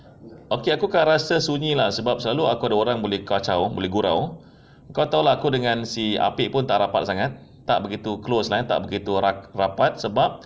okay aku akan rasa sunyi lah sebab selalu aku ada orang boleh kacau boleh gurau kau tahu lah aku dengan si apek pun tak rapat sangat tak begitu close tak begitu rapat sebab